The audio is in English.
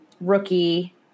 rookie